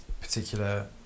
particular